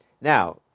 Now